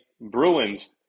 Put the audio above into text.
Bruins